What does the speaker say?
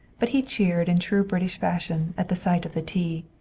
but he cheered in true british fashion at the sight of the tea.